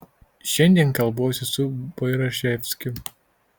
šiandien kalbuosi su bairaševskiu